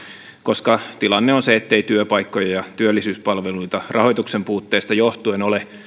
koska tilanne on se ettei työpaikkoja ja työllisyyspalveluita rahoituksen puutteesta johtuen ole